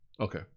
Okay